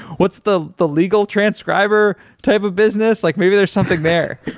what's the the legal transcriber type of business? like maybe there's something there.